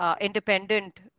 independent